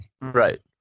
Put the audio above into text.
Right